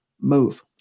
move